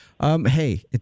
Hey